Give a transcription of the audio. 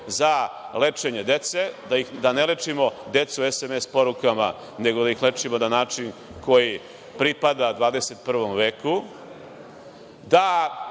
za lečenje dece. Da ne lečimo decu SMS porukama, nego da ih lečimo na način koji pripada 21. veku. Da